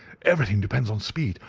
everything depends on speed.